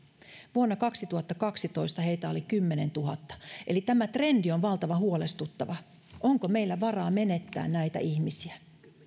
vuonna kaksituhattakaksitoista heitä oli kymmenentuhatta eli tämä trendi on valtavan huolestuttava onko meillä varaa menettää näitä ihmisiä